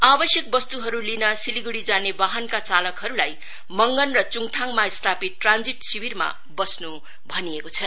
आवश्यक वस्तुहरु लिन सिलीगुढ़ी जाने वाहनका चालकहरुलाई मंगन र चुङ्थाङमा स्थापित ट्रानसिट शिविरमा वस्नु भनिएको छ